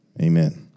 Amen